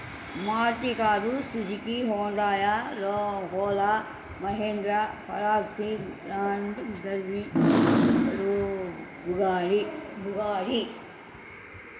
Maruti car Suzuki Honda హోలా Mahindra Ferrari ఉగారి Bugatti